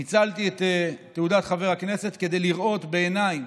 ניצלתי את תעודת חבר הכנסת כדי לראות בעיניי